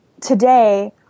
today